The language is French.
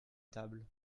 table